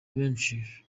benshi